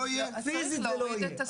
פיסית, זה לא יהיה.